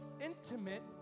intimate